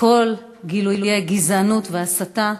כל גילויי הגזענות וההסתה,